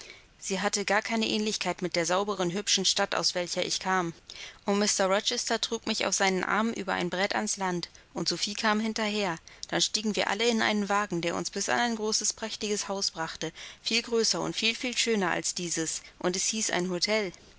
sie hatte gar keine ähnlichkeit mit der sauberen hübschen stadt aus welcher ich kam und mr rochester trug mich auf seinen armen über ein brett ans land und sophie kam hinterher dann stiegen wir alle in einen wagen der uns bis an ein großes prächtiges haus brachte viel größer und viel viel schöner als dieses und es hieß ein hotel